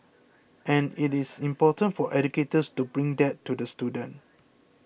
and it is important for educators to bring that to the student